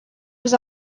was